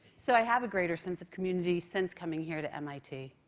so i have a greater sense of community since coming here to mit.